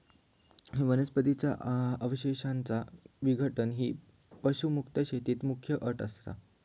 वनस्पतीं च्या अवशेषांचा विघटन ही पशुमुक्त शेतीत मुख्य अट असा